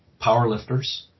powerlifters